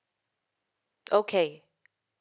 okay